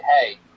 hey